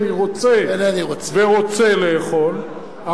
אני רוצה ורוצה לאכול,